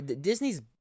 Disney's